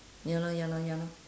ya lor ya lor ya lor